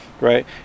right